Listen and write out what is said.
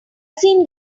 seen